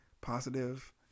positive